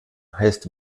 heißt